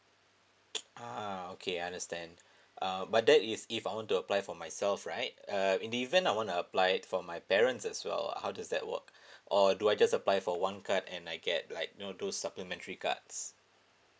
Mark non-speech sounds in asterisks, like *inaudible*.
*noise* uh okay understand uh but that is if I want to apply for myself right uh in the event I wanna apply it from my parents as well how does that work or do I just apply for one card and I get like you know those supplementary cards